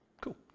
Cool